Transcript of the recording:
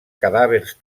cadàvers